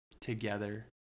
together